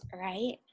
Right